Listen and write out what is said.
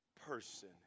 person